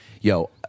yo